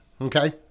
okay